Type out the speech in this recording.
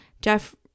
Jeff